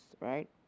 right